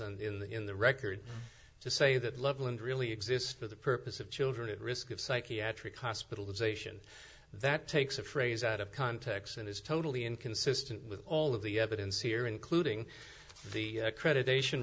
and in the record to say that loveland really exists for the purpose of children at risk of psychiatric hospitalization that takes a phrase out of context and is totally inconsistent with all of the evidence here including the creditor nation